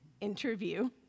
interview